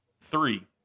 three